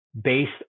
based